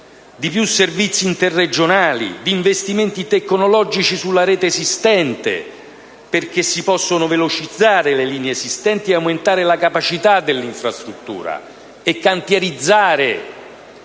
di più servizi interregionali, di investimenti tecnologici sulla rete esistente, perché si possono velocizzare le linee esistenti, aumentare la capacità delle infrastrutture, cantierizzare